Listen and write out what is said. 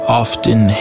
often